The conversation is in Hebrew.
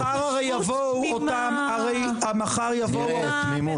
מחר הרי יבואו אותם -- אין פה תמימות,